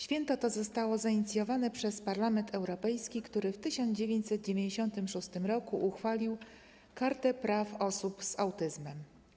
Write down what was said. Święto to zostało zainicjowane przez Parlament Europejski, który w 1996 r. uchwalił „Kartę Praw Osób z Autyzmem”